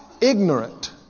ignorant